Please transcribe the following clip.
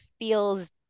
feels